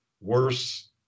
worse